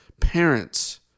parents